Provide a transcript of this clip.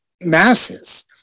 masses